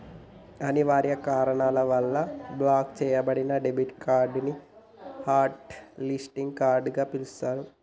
అనివార్య కారణాల వల్ల బ్లాక్ చెయ్యబడిన డెబిట్ కార్డ్ ని హాట్ లిస్టింగ్ కార్డ్ గా పిలుత్తరు